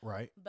Right